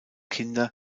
kinder